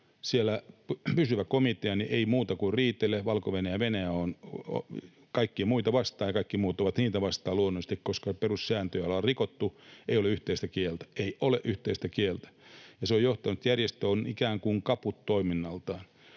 Siellä pysyvä komitea ei tee muuta kuin riitelee. Valko-Venäjä ja Venäjä ovat kaikkia muita vastaan, ja kaikki muut ovat niitä vastaan luonnollisesti, koska perussääntöjä on rikottu. Ei ole yhteistä kieltä — ei ole yhteistä kieltä. Se on johtanut siihen, että järjestö on ikään kuin kaput toiminnaltaan.